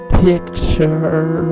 picture